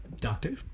Doctor